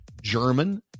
German